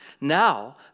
Now